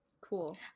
cool